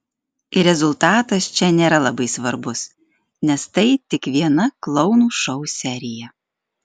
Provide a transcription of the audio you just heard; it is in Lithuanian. ir rezultatas čia nėra labai svarbus nes tai tik viena klounų šou serija